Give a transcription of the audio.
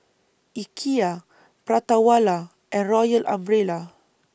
Ikea Prata Wala and Royal Umbrella